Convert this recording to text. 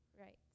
Right